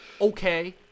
okay